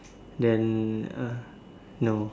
then uh no